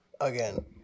Again